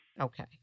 Okay